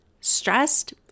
stressed